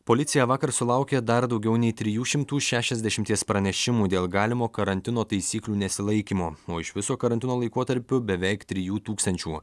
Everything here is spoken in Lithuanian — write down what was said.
policija vakar sulaukė dar daugiau nei trijų šimtų šešiasdešimties pranešimų dėl galimo karantino taisyklių nesilaikymo o iš viso karantino laikotarpiu beveik trijų tūkstančių